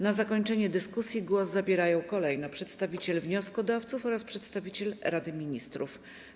Na zakończenie dyskusji głos zabierają kolejno przedstawiciel wnioskodawców oraz przedstawiciel Rady Ministrów.